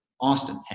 Austin